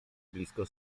blisko